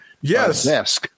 Yes